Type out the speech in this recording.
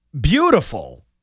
beautiful